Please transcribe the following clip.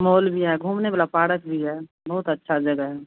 mall भी है घूमने वाला पारक भी है बहुत अच्छा जगह है